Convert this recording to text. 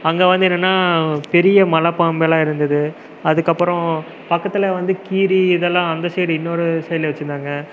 அங்கே வந்து என்னென்னா பெரிய மலைப் பாம்பெல்லாம் இருந்தது அதுக்கப்புறோம் பக்கத்தில் வந்து கீரி இதெல்லாம் அந்த சைடு இன்னொரு சைடில் வெச்சுருந்தாங்க